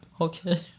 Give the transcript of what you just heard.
okay